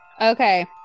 okay